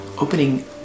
Opening